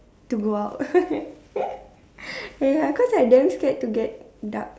to go out ya cause I damn scared to get dark